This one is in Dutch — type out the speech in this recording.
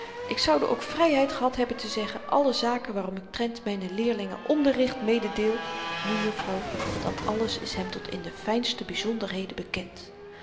ik zoude ook vryheid gehad hebben te zeggen alle zaken waaromtrent ik mynen leerlingen onderricht mededeel nu juffrouw dat alles is hem tot in de fynste byzonderheden bekend